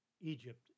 Egypt